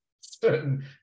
certain